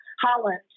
Holland